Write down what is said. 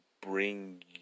bring